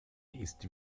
ist